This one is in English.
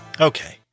Okay